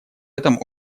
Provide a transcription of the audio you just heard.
этом